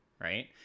right